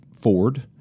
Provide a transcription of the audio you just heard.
Ford